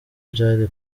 byari